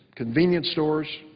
convenience stores,